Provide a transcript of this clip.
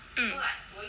um